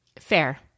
fair